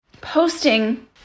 posting